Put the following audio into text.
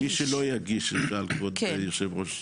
מי שלא יגיש בכלל, כבוד היו"ר.